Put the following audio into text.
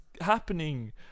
happening